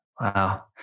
Wow